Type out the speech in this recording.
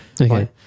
Okay